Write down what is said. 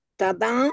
tada